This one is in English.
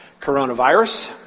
coronavirus